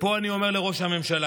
ופה אני אומר לראש הממשלה: